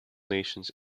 nations